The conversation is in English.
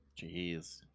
Jeez